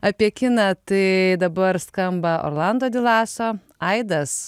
apie kiną tai dabar skamba orlando dilaso aidas